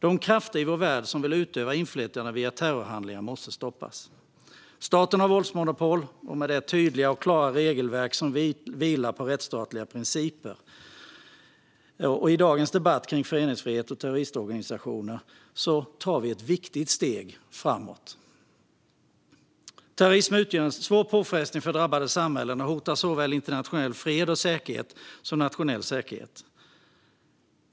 De krafter i vår värld som vill utöva inflytande via terrorhandlingar måste stoppas. Staten har våldsmonopol och därmed tydliga och klara regelverk som vilar på rättsstatliga principer. I dagens debatt kring föreningsfrihet och terroristorganisationer tar vi ett viktigt steg framåt. Terrorism utgör en svår påfrestning för drabbade samhällen och hotar såväl internationell fred och säkerhet som nationell säkerhet.